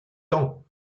temps